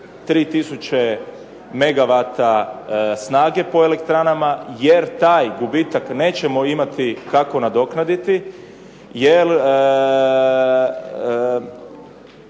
3000 megawata snage po elektranama jer taj gubitak nećemo imati kako nadoknaditi, zbog